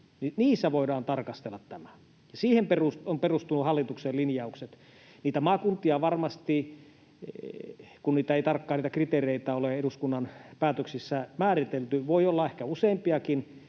asutus, voidaan tarkastella tätä, ja siihen ovat perustuneet hallituksen linjaukset. Niitä maakuntia varmasti — kun niitä kriteereitä ei tarkkaan ole eduskunnan päätöksissä määritelty — voi olla ehkä useampiakin.